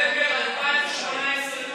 בנובמבר 2018,